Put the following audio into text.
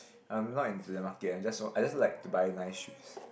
I'm not into the market I'm just so I just like to buy nice shoes